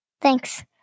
thanks